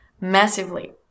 massively